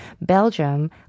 Belgium